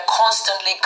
constantly